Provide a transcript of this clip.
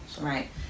Right